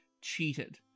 cheated